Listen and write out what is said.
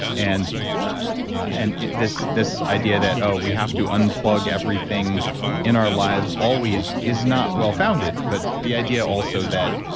and and this this idea that oh, we have to unplug everything in our lives always is not well founded. but the idea also that,